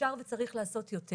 אפשר וצריך לעשות יותר